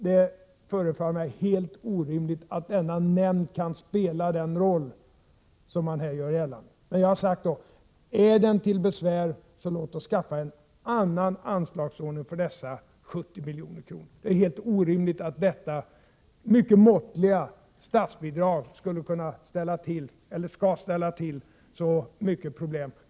Det förefaller mig därför helt orimligt att denna nämnd kan spela den roll som man här gör gällande. Men jag har ändå sagt: Är den till besvär så låt oss skaffa en annan anslagsordning för dessa 70 milj.kr.! Det är helt orimligt att detta mycket måttliga statsbidrag skall ställa till så mycket problem.